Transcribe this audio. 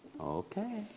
Okay